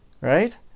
right